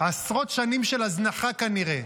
עשרות שנים של הזנחה, כנראה.